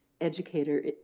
educator